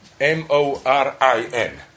M-O-R-I-N